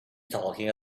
talking